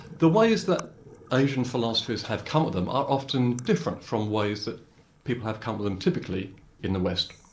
the ways that asian philosophies have come at them are often different from ways that people have come to them typically in the west.